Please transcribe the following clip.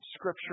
scripture